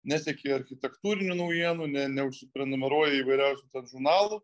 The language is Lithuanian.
neseki architektūrinių naujienų ne neužsiprenumeruoji įvairiausių ten žurnalų